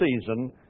season